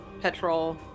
petrol